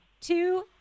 two